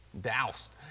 Doused